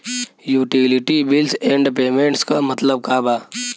Utility bills and payments क मतलब का बा?